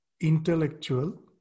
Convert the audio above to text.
intellectual